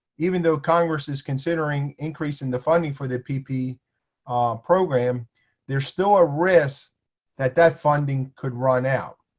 even though congress is considering increasing the funding for the pp program there's still a risk that that funding could run out.